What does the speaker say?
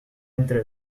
entre